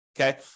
okay